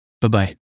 Bye-bye